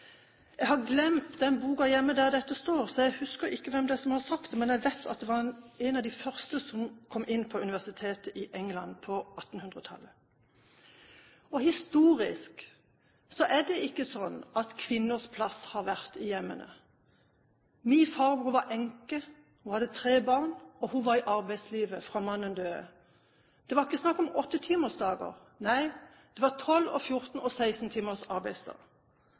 Jeg har glemt den boka der dette står, hjemme, så jeg husker ikke hvem som har sagt det, men jeg vet at det var en av de første kvinnene som kom inn på universitetet i England på 1800-tallet. Og historisk er det ikke sånn at kvinners plass har vært i hjemmet. Min farmor var enke. Hun hadde tre barn, og hun var i arbeidslivet fra mannen døde. Det var ikke snakk om åttetimersdag. Nei, det var 12, 14 og 16 timers arbeidsdag.